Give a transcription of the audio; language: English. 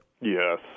Yes